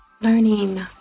learning